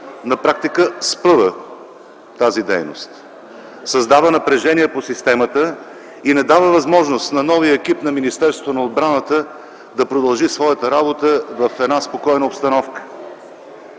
на практика спъва тази дейност. Създава напрежение по системата и не дава възможност на новия екип на Министерството на отбраната да продължи своята работа в една спокойна обстановка.